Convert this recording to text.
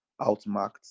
outmarked